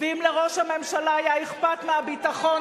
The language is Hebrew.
ואם לראש הממשלה היה אכפת מהביטחון,